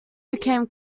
became